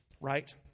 right